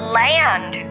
land